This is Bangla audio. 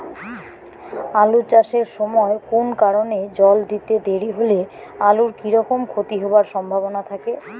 আলু চাষ এর সময় কুনো কারণে জল দিতে দেরি হইলে আলুর কি রকম ক্ষতি হবার সম্ভবনা থাকে?